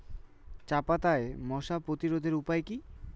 চাপাতায় মশা প্রতিরোধের উপায় কি?